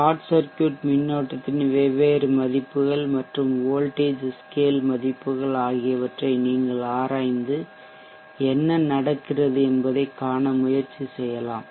short circuit மின்னோட்டத்தின் வெவ்வேறு மதிப்புகள் மற்றும் வோல்ட்டேஜ் ஸ்கேல் மதிப்புகள் ஆகியவற்றை நீங்கள் ஆராய்ந்து என்ன நடக்கிறது என்பதைக் காண முயற்சி செய்யலாம்